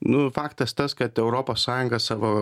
nu faktas tas kad europos sąjunga savo